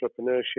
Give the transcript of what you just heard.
entrepreneurship